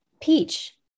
Peach